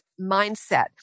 mindset